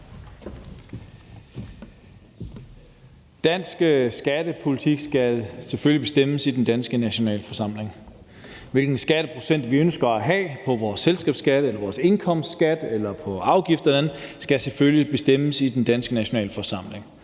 Dansk skattepolitik skal selvfølgelig bestemmes i den danske nationalforsamling. Hvilken skatteprocent vi ønsker at have i selskabsskat eller indkomstskat, eller hvilke afgifter eller andet vi ønsker, skal selvfølgelig bestemmes i den danske nationalforsamling